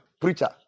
Preacher